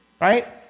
right